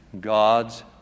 God's